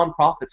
nonprofits